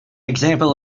example